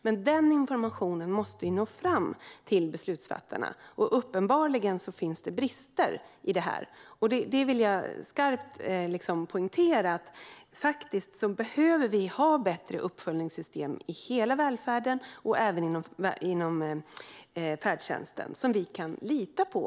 Men den informationen måste ju nå fram till beslutsfattarna, och uppenbarligen finns det brister i detta. Jag vill skarpt poängtera att vi behöver ha bättre uppföljningssystem i hela välfärden, och även inom färdtjänsten, som vi kan lita på.